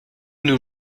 nos